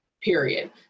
period